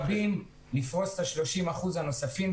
לפרוס את ה-30 אחוזים הנוספים,